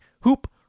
Hoop